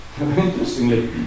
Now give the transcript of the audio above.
interestingly